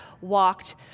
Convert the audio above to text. walked